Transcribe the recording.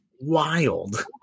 wild